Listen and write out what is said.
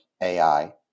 AI